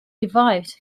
revived